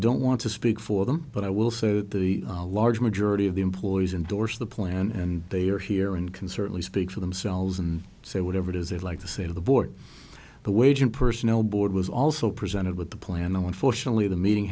don't want to speak for them but i will say that the large majority of the employees indorsed the plan and they are here and can certainly speak for themselves and say whatever it is they like to say to the board the wage and personnel board was also presented with the plan the one fortunately the meeting